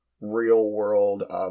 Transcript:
real-world